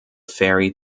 fairy